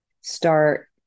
start